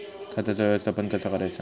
खताचा व्यवस्थापन कसा करायचा?